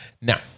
Now